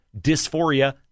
dysphoria